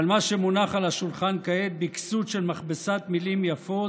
אבל מה שמונח על השולחן כעת בכסות של מכבסת מילים יפות